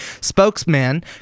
spokesman